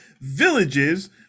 villages